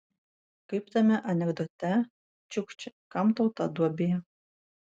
kaip tame anekdote čiukči kam tau ta duobė